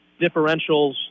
differentials